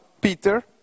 Peter